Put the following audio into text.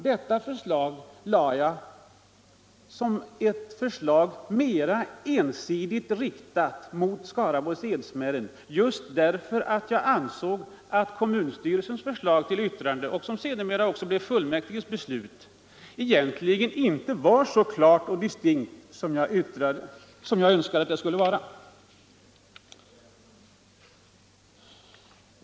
Detta förslag lade jag fram som mera ensidigt riktat mot Skaraborgs Edsmären just för att jag ansåg att kommunstyrelsens förslag till yttrande, vilket sedermera blev fullmäktiges beslut, egentligen inte var så klart och distinkt som jag önskade.